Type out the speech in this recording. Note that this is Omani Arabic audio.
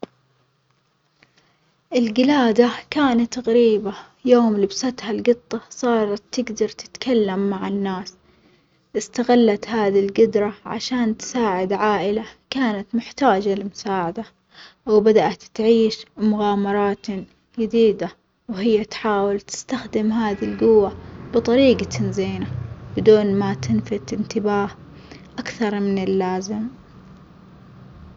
الجلادة كانت غريبة يوم لبستها الجطة صارت تجدر تتكلم مع الناس، إستغلت هذي الجدرة عشان تساعد عائلة كانت محتاجة لمساعدة وبدأت تعيش مغامراتٍ يديدة وهي تحاول تستخدم هذي الجوة بطريقة زينة بدون ما تلفت انتباه أكثر من اللازم.